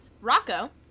Rocco